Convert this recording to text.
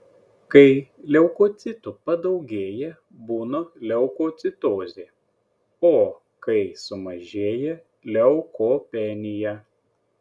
kai leukocitų padaugėja būna leukocitozė o kai sumažėja leukopenija